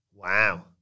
Wow